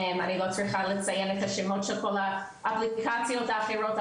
אני לא צריכה לציין את השמות של כל האפליקציות האחרות,